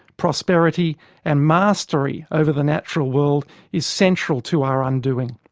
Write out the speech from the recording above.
prosperity and mastery over the natural world is central to our undoing.